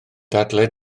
dadlau